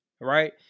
right